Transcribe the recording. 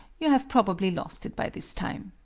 you have probably lost it by this time.